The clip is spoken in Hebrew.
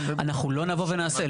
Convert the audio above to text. אנחנו לא נבוא ונעשה.